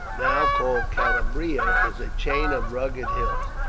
now called calabria, is a chain of rugged hills,